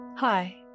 Hi